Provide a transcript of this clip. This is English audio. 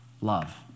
love